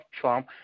Trump